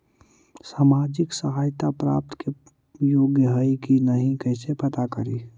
सामाजिक सहायता प्राप्त के योग्य हई कि नहीं कैसे पता करी?